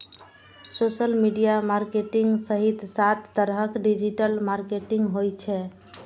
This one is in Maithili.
सोशल मीडिया मार्केटिंग सहित सात तरहक डिजिटल मार्केटिंग होइ छै